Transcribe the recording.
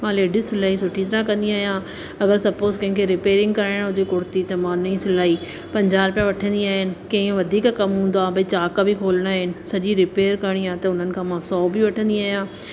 मां लेडीज़ सिलाई सुठी तरह कंदी आहियां अगरि सपोस कंहिंखे रिपेयरिंग कराइणु हुजे कुर्ती त मां उनजी सिलाई पंजाहु रुपया वठंदी आहियां कंहिं वधीक कमु हूंदो आहे भई चाक बि खोलणा आहिनि सॼी रिपेयर करणी आहे त उन्हनि खां मां सौ बि वठंदी आहियां